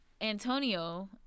Antonio